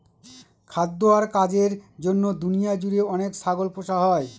খাদ্য আর কাজের জন্য দুনিয়া জুড়ে অনেক ছাগল পোষা হয়